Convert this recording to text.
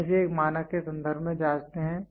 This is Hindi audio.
हम इसे एक मानक के संदर्भ में जांचते हैं